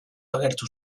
agertu